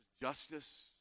justice